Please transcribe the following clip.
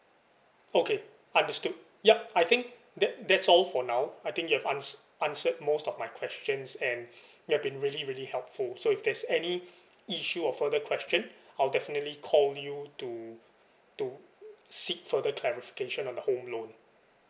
okay understood yup I think that that's all for now I think you've ans~ answered most of my questions and you have been really really helpful so if there's any issue or further question I'll definitely call you to to seek further clarification on the home loan